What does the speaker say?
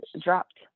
dropped